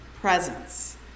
presence